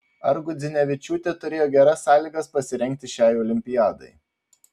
ar gudzinevičiūtė turėjo geras sąlygas pasirengti šiai olimpiadai